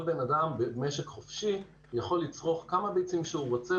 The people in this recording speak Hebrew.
כל בן-אדם במשק חופשי יכול לצרוך כמה ביצים שהוא רוצה,